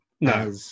No